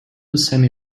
semi